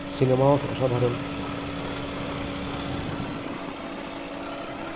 সিনেমাও স অসাধারণ